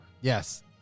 Yes